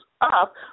up